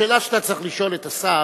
השאלה שאתה צריך לשאול את השר,